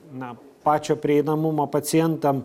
na pačio prieinamumą pacientam